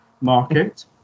market